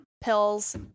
pills